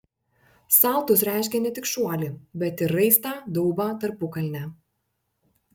saltus reiškia ne tik šuolį bet ir raistą daubą tarpukalnę